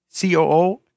COO